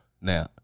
Now